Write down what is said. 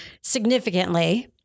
significantly